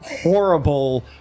horrible